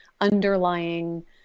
underlying